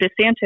DeSantis